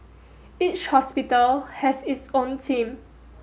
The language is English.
each hospital has its own team